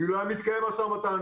אילו היה מתקיים משא ומתן,